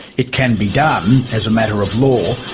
it can be done as a matter of law,